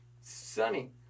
sunny